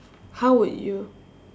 how would you